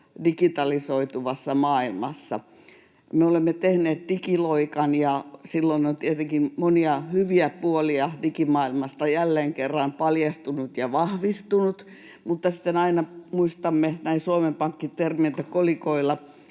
digitalisoituvassa maailmassa. Me olemme tehneet digiloikan, ja silloin on tietenkin monia hyviä puolia digimaailmasta jälleen kerran paljastunut ja vahvistunut, mutta sitten aina muistamme, näin Suomen Pankin termein, että kolikoilla